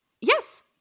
Yes